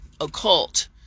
occult